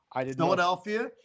Philadelphia